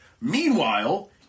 Meanwhile